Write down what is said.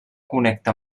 connecta